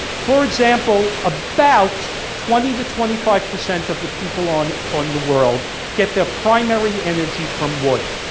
for example, about twenty to twenty five percent of the people on on the world get their primary energy from wood.